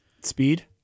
Speed